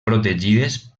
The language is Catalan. protegides